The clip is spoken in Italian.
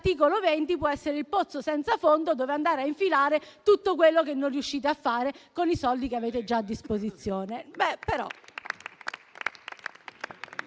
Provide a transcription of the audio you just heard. l'articolo 20 può essere il pozzo senza fondo dove andare a infilare tutto quello che non riuscite a fare con i soldi che avete già a disposizione.